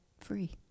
free